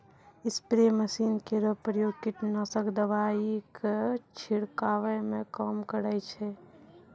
spray machine केरो प्रयोग कीटनाशक दवाई क छिड़कावै म काम करै छै